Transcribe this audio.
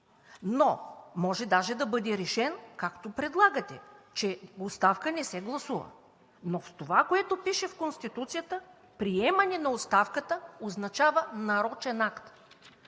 но може даже да бъде решен както предлагате – че оставка не се гласува. Но в това, което пише в Конституцията – приемане на оставката означава нарочен акт.